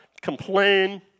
complain